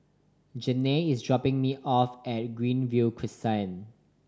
Janae is dropping me off at Greenview Crescent